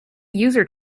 user